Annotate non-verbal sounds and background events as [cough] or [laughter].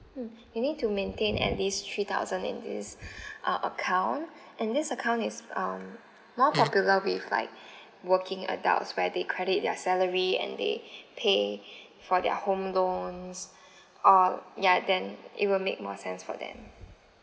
mm you need to maintain at least three thousand in this [breath] uh account and this account is um more [noise] popular with like [breath] working adults where they credit their salary and they [breath] pay [breath] for their home loans [breath] uh ya then it will make more sense for them